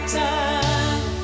time